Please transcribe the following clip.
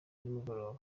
nimugoroba